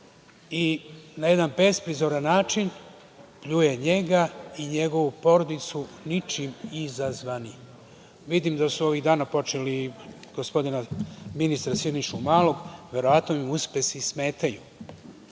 i na jedan besprizoran način pljuje njega i njegovu porodicu ničim izazvani. Vidim da su ovih dana počeli i gospodina ministra Sinišu Malog, verovatno im smetaju